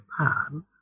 Japan